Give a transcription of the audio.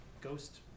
ghost